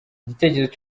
igitekerezo